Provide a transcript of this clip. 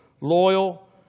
loyal